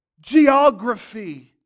geography